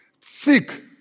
thick